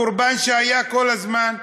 הקורבן שהיה כל הזמן.